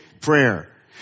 prayer